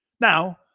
Now –